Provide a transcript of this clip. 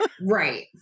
right